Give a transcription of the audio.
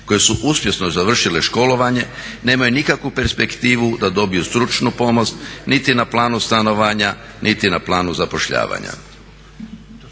koje su uspješno završile školovanje nemaju nikakvu perspektivu da dobiju stručnu pomoć niti na planu stanovanja niti na planu zapošljavanja.